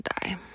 die